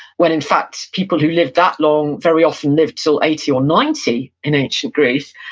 when in fact people who lived that long very often lived til eighty or ninety in ancient greece.